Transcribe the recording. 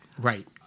Right